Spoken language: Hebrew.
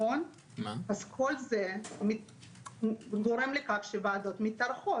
אז כל זה גורם לכך שוועדות מתארכות.